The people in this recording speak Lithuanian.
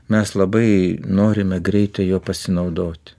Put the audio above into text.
mes labai norime greitai juo pasinaudoti